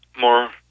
more